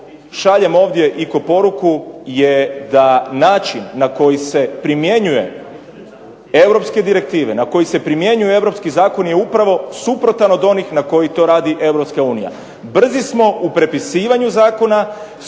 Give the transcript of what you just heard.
šaljem ovdje i kao poruku je da način na koji se primjenjuje europske direktive, na koji se primjenjuje europski zakon je upravo suprotan od onih na koji to radi EU. Brzi smo u prepisivanju zakona,